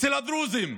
אצל הדרוזים.